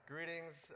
Greetings